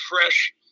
fresh